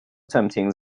tempting